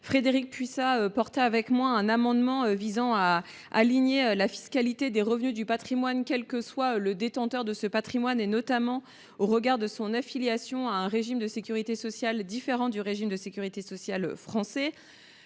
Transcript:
Frédérique Puissat et moi même avions défendu un amendement visant à unifier la fiscalité des revenus du patrimoine, quel qu’en soit le détenteur, notamment au regard de son affiliation à un régime de sécurité sociale différent du régime de sécurité sociale français.